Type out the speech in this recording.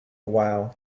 while